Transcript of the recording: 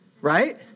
right